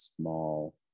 small